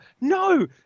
no